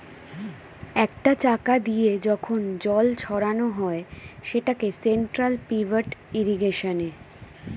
একটা চাকা দিয়ে যখন জল ছড়ানো হয় সেটাকে সেন্ট্রাল পিভট ইর্রিগেশনে